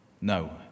No